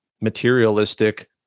materialistic